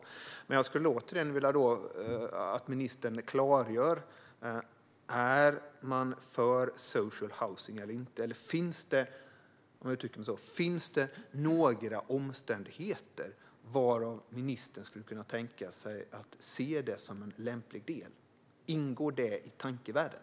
Återigen: Jag skulle vilja att ministern klargör om man är för social housing eller inte. Jag kan uttrycka mig så här: Finns det några omständigheter under vilka ministern skulle kunna tänka sig att se det som en lämplig del? Ingår det i tankevärlden?